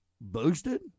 boosted